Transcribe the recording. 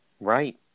Right